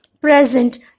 present